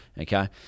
okay